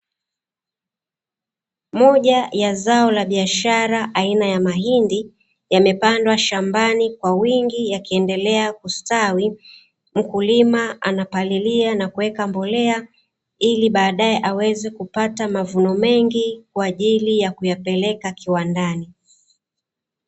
Moja ya zao la biashara aina ya mahindi yamepandwa shambani kwa wingi yakiendelea kustawi, mkulima anapalilia na kuweka mbolea ili baadae aweze kupata mavuni mengi kwa ajili ya kupeleka kiwandani.